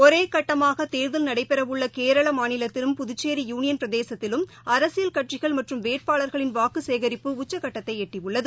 ஒரேகட்டமாகதேர்தல் நடைபெறஉள்ளகேரளமாநிலத்திலும் புதுச்சோ யூனியன்பிரதேசத்திலும் அரசியல் கட்சிகள் மற்றும் வேட்பாளர்களின் வாக்குச் சேகரிப்பு உச்சக்கட்டத்தைளட்டியுள்ளது